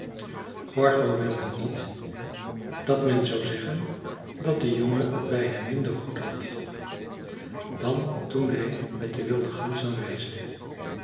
gorgo wilde niet dat men zou zeggen dat de jongen het bij hem minder goed had dan toen hij met de wilde ganzen reisde